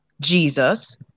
Jesus